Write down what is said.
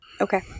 Okay